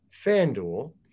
FanDuel